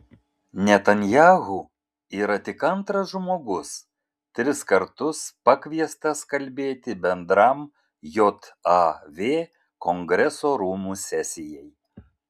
netanyahu yra tik antras žmogus tris kartus pakviestas kalbėti bendram jav kongreso rūmų sesijai